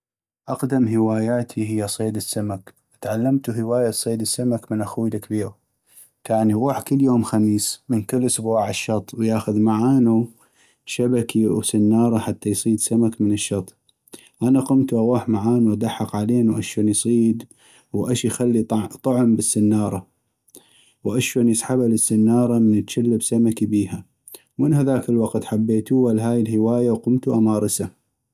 اقدم هواياتي هي صيد السمك ، تعلمتو هواية صيد السمك من اخوي الكبيغ ، كان يغوح كل يوم خميس من كل أسبوع عالشط ويأخذ معانو شبكي وسنارة حتى يصيد سمك من الشط ، انا قمتو اغوح معانو ادحق علينو اشون يصيد واش يخلي طعم بالسنارة واشون يسحبا للسنارة من اجلب سمكي بيها ، ومن هذاك الوقت حبيتوها لهاي الهواية وقمتو امارسه.